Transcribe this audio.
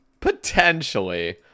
potentially